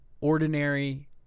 ordinary